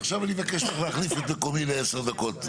עכשיו אני מבקש ממך להחליף את מקומי ל-10 דקות.